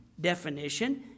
definition